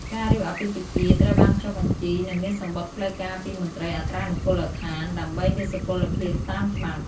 ការរៀបអាពាហ៍ពិពាហ៍ត្រូវបានចុះបញ្ជី និងមានសំបុត្រផ្លូវការពីមន្ត្រីអត្រានុកូលដ្ឋាន ដើម្បីមានសុពលភាពតាមច្បាប់។